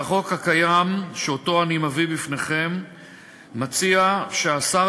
והחוק שאני מביא בפניכם מציע שהשר,